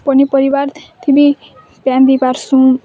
ପନିପରିବାର୍ ଥି ବି ପାଏନ୍ ଦେଇପାରସୁଁ